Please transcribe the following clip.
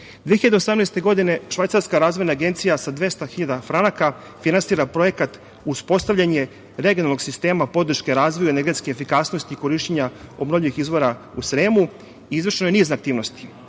2018. Švajcarska razvojna agencija sa 200 hiljada franaka finansira projekat - uspostavljanje regionalnog sistema podrške razvoja energetske efikasnosti i korišćenja obnovljivih izvora u Sremu. Izvršeno je niz aktivnosti,